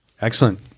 Excellent